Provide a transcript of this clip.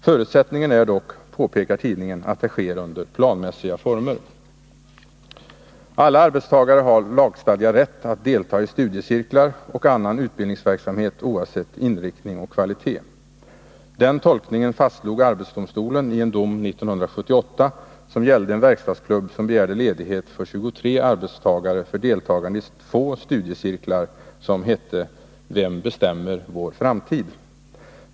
Förutsättningen är dock, påpekar tidningen, att det sker under planmässiga former. Alla arbetstagare har lagstadgad rätt att delta i studiecirklar och annan utbildningsverksamhet oavsett inriktning och kvalitet: ”Den tolkningen fastslog Arbetsdomstolen i en dom 1978 som gällde en verkstadsklubb som begärde ledighet för 23 arbetstagare för deltagande i två studiecirklar som hette "Vem bestämmer vår framtid”.